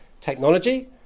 Technology